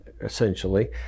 essentially